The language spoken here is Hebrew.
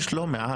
באמת שיש לא מעט,